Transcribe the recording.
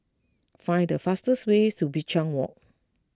find the fastest way to Binchang Walk